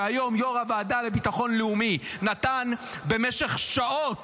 היום יו"ר הוועדה לביטחון לאומי נתן במשך שעות